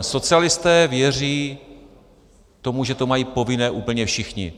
Socialisté věří, že to mají povinné úplně všichni.